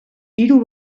hiru